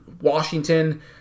Washington